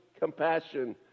compassion